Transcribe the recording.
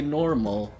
normal